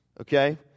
Okay